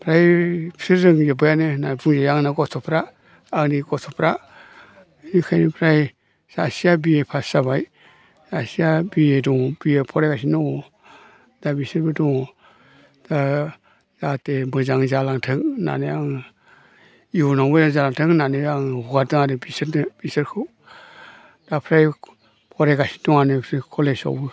फ्राय बिसोर रोंजोबबायानो होनना बुंजायो आंना गथ'फ्रा आंनि गथ'फ्रा इनिखायनो फ्राय सासेया बिए पास जाबाय सासेया बिए दं बिए फरायगासिनो दङ दा बिसोरबो दङ दा जाहाथे मोजां जालांथों होननानै आङो इयुनाव मोजां जालांथों होननानै आं हगारदों आरो बिसोरनो बिसोरखौ दा फ्राय फरायगासिनो दङानो बिसोर कलेजावबो